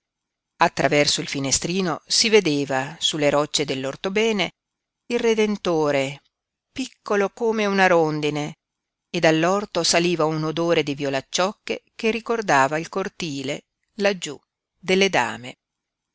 attraverso il finestrino si vedeva sulle rocce dell'orthobene il redentore piccolo come una rondine e dall'orto saliva un odore di violacciocche che ricordava il cortile laggiú delle dame